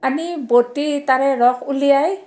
আনি বটি তাৰে ৰস উলিয়াই